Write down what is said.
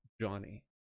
Johnny